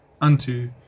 unto